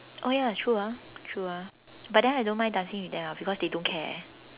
oh ya true ah true ah but then I don't mind dancing with them ah because they don't care